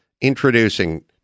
Introducing